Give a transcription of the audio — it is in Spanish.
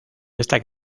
esta